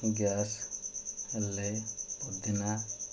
gas ହେଲେ ପୋଦିନା